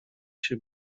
się